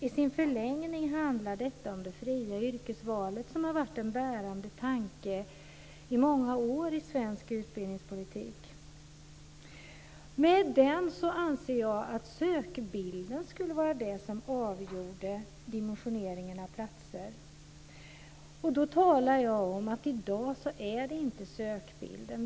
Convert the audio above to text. I sin förlängning handlar detta om det fria yrkesvalet, vilket i många år har varit en bärande tanke i svensk utbildningspolitik. Med den anser jag att sökbilden skulle vara det som avgjorde dimensioneringen av platser. I dag är det dock inte sökbilden.